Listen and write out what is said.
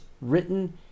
written